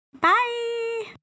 Bye